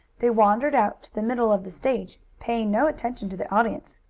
they wandered out to the middle of the stage, paying no attention to the audience.